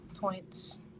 points